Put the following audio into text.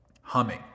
humming